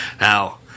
Now